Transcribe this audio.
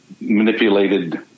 manipulated